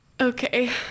Okay